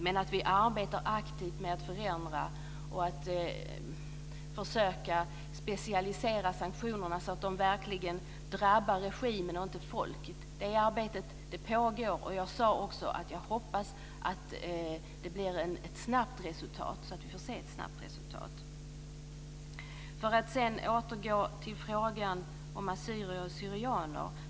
Men vi arbetar aktivt med att förändra och försöka specialisera sanktionerna så att de verkligen drabbar regimen och inte folket. Det arbetet pågår, och jag sade också att jag hoppas att vi snart får se ett resultat. Jag ska sedan återgå till frågan om assyrier/syrianer.